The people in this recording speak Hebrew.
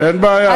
אין בעיה.